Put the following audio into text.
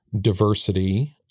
diversity